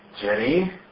Jenny